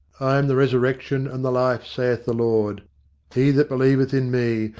i am the resurrection and the life, saith the lord he that believeth in me,